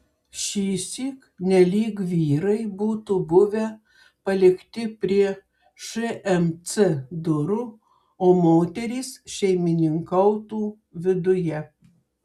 šįsyk nelyg vyrai būtų buvę palikti prie šmc durų o moterys šeimininkautų viduje